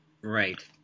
Right